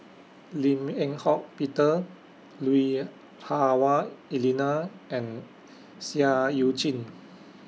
Lim Eng Hock Peter Lui Hah Wah Elena and Seah EU Chin